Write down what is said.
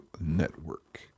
network